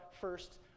first